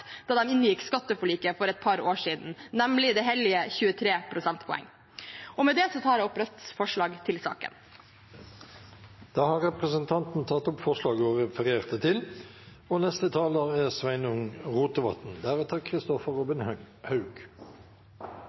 da de inngikk skatteforliket for et par år siden, nemlig de hellige 23 prosentpoeng. Med det tar jeg opp Rødts forslag i saken. Da har representanten Marie Sneve Martinussen tatt opp de forslagene hun refererte til.